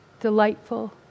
delightful